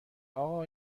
اقا